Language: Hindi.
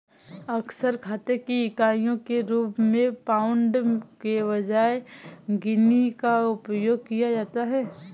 अक्सर खाते की इकाइयों के रूप में पाउंड के बजाय गिनी का उपयोग किया जाता है